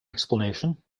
explanation